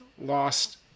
lost